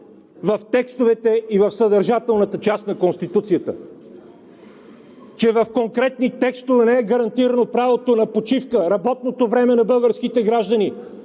в текстовете и в съдържателната част на Конституцията, че в конкретни текстове не е гарантирано правото на почивка, работното време на българските граждани,